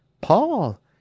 Paul